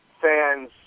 fans